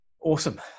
Awesome